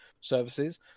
services